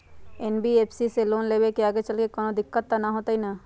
NBFC से loan लेबे से आगेचलके कौनो दिक्कत त न होतई न?